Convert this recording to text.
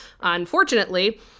Unfortunately